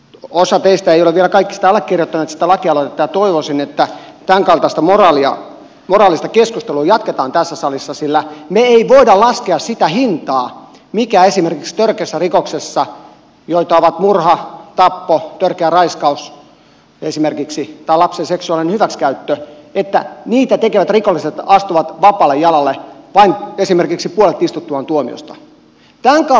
osa teistä ei ole vielä allekirjoittanut sitä lakialoitetta ja toivoisin että tämänkaltaista moraalista keskustelua jatketaan tässä salissa sillä me emme voi laskea sitä hintaa että esimerkiksi törkeitä rikoksia joita ovat murha tappo törkeä raiskaus esimerkiksi tai lapsen seksuaalinen hyväksikäyttö tekevät rikolliset astuvat vapaalle jalalle istuttuaan vain esimerkiksi puolet tuomiostaan